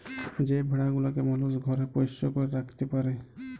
যে ভেড়া গুলাকে মালুস ঘরে পোষ্য করে রাখত্যে পারে